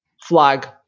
flag